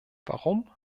warum